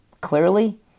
clearly